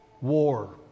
war